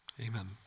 Amen